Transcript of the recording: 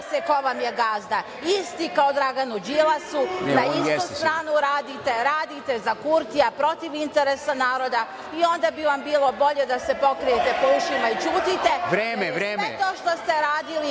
se ko vam je gazda, isti kao Draganu Đilasu, na istu stranu radite, radite za Kurtija, protiv interesa naroda i onda bi vam bilo bolje da se pokrijete po ušima i ćutite… **Stojan